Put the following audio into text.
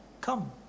come